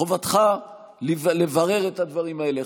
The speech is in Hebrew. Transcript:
חובתך לברר את הדברים האלה,